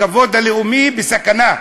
הכבוד הלאומי בסכנה.